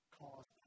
cause